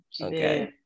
okay